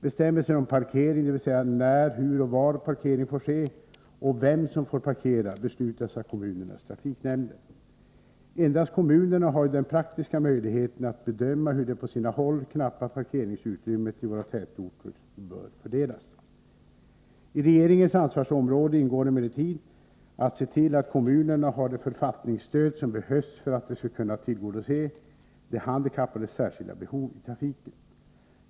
Bestämmelser om parkering, dvs. när, hur och var parkering får ske och vem som får parkera, beslutas av kommunernas trafiknämnder. Endast kommunerna har ju den praktiska möjligheten att bedöma hur det på sina håll knappa parkeringsutrymmet i våra tätorter bör fördelas. I regeringens ansvarsområde ingår emellertid att se till att kommunerna har det författningsstöd som behövs för att de skall kunna tillgodose de handikappades särskilda behov i trafiken.